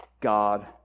God